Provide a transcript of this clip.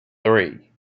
three